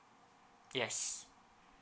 yes